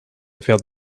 felt